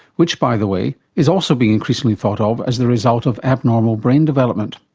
which by the way, is also being increasingly thought of as the result of abnormal brain development.